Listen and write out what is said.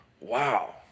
Wow